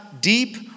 deep